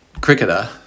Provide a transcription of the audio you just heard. cricketer